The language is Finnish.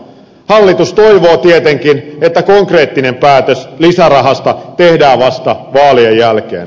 hallitus toivoo tietenkin että konkreettinen päätös lisärahasta tehdään vasta vaalien jälkeen